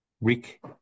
Rick